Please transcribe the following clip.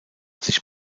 sich